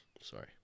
Sorry